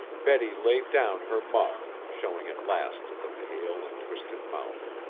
betty laid down her muff, showing at last the pale and twisted mouth.